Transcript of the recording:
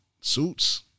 Suits